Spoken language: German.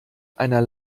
einer